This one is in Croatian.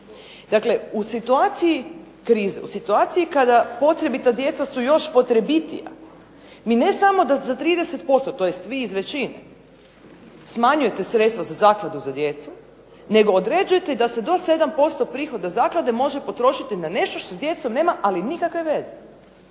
Dakle, u situaciji krize, u situaciji kada potrebita djeca su još potrebitija mi ne samo da za 30%, tj. vi iz većine smanjujete sredstva za "Zakladu za djecu" nego određujete da se do 7% prihoda Zaklade može potrošiti na nešto što s djecom nema ali nikakve veze.